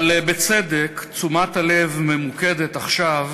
אבל בצדק תשומת הלב ממוקדת עכשיו